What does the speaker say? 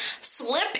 slip